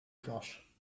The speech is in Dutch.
klas